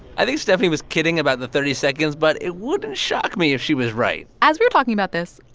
i think stephani was kidding about the thirty seconds, but it wouldn't shock me if she was right as we're talking about this,